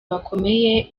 bakomeye